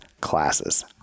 classes